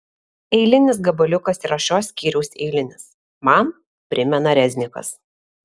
eilinis gabaliukas yra šio skyriaus eilinis man primena reznikas